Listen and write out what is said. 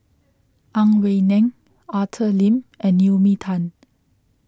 Ang Wei Neng Arthur Lim and Naomi Tan